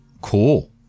Cool